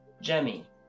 jemmy